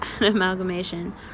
amalgamation